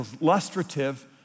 illustrative